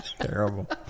Terrible